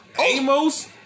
Amos